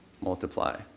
Multiply